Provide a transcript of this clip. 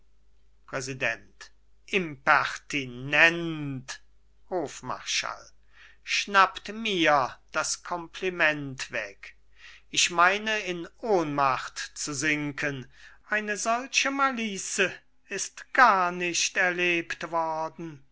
präsident impertinent hofmarschall schnappt mir das compliment weg ich meine in ohnmacht zu sinken eine solche malice ist gar nicht erlebt worden